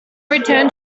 returned